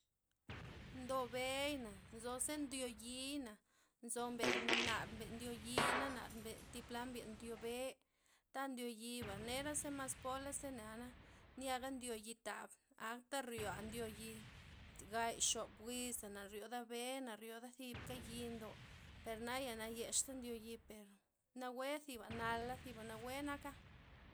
Ndo bey'na, nzo ze ndyo yii'na, nzo mbe' nar mbe' ndyo yi na nar mbe' thib pla mbe' ndio be', ta ndio yiba', nera zemas pola' ze neana' niaga ndo yitab, akta ryoa' ndo yi, gay, xop wiza'na, na ryioda be', na ryoda zipka yi ndo, per naya nayesta' ndo yi per nawue ziba nala', ziba nawue naka'.